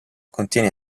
contiene